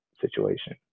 situation